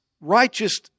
righteous